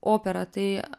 operą tai